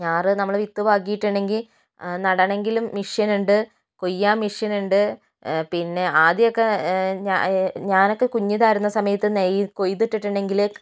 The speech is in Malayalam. ഞാർ നമ്മൾ വിത്ത് പാകിയിട്ടുണ്ടെങ്കിൽ നടണമെങ്കിലും മെഷീൻ ഉണ്ട് കൊയ്യാൻ മെഷീൻ ഉണ്ട് പിന്നെ ആദ്യമൊക്കെ ഞാനൊക്കെ കുഞ്ഞീത് ആയിരുന്ന സമയത്ത് കൊയ്ത് ഇട്ടിട്ടുണ്ടെങ്കിൽ